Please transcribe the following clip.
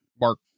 Mark